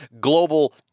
global